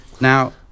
now